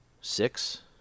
six